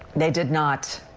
they did not.